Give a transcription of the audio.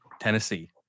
Tennessee